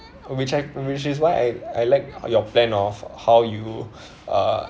which I which is why I I like your plan of how you uh